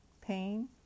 pain